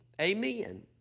amen